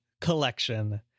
collection